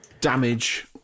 damage